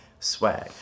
Swag